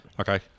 Okay